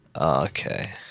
Okay